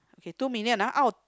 okay two million ah out of